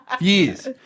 Years